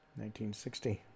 1960